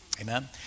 Amen